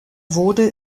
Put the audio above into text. wurde